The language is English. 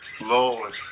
Lord